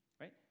right